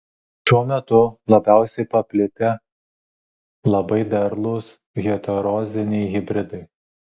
šiuo metu labiausiai paplitę labai derlūs heteroziniai hibridai